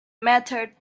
mattered